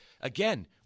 again